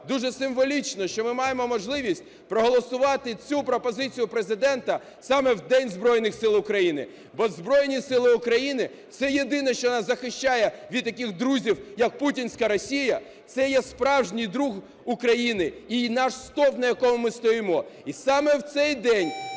Дуже символічно, що ми маємо можливість проголосувати цю пропозицію Президента саме в День Збройних Сил України. Бо Збройні Сили України – це єдине, що нас захищає від таких друзів, як путінська Росія, це є справжній друг України і наш стовп, на якому ми стоїмо. І саме в цей день,